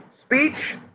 Speech